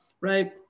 right